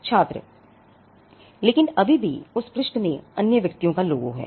छात्र लेकिन अभी भी उस पृष्ठ में अन्य व्यक्तियों का logo है